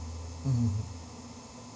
mmhmm